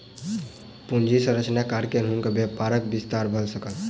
पूंजी संरचनाक कारणेँ हुनकर व्यापारक विस्तार भ सकल